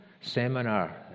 seminar